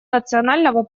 национального